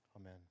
amen